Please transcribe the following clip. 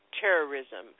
terrorism